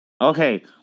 Okay